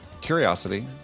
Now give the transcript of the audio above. curiosity